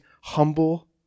humble